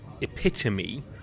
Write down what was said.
epitome